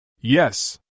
Yes